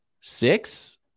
six